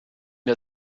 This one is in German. der